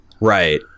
right